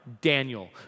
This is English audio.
Daniel